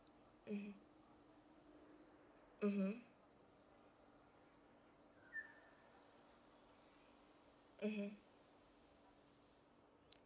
mmhmm mmhmm mmhmm